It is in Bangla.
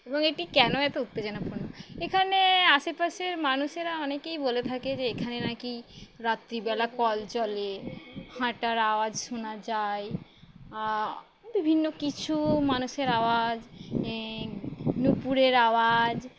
এবং এটি কেন এত উত্তেজনাপূর্ণ এখানে আশেপাশের মানুষেরা অনেকেই বলে থাকে যে এখানে নাকি রাত্রিবেলা কল চলে হাঁটার আওয়াজ শোনা যায় বিভিন্ন কিছু মানুষের আওয়াজ নূপুরের আওয়াজ